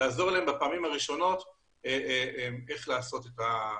לעזור להם בפעמים הראשונות לעשות את הדברים.